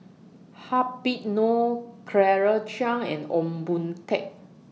Habib Noh Claire Chiang and Ong Boon Tat